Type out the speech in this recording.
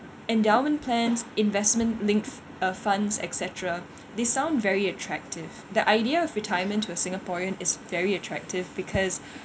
endowment plans investment linked uh funds etcetera they sound very attractive the idea of retirement to a singaporean is very attractive because